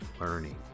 learning